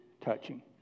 touching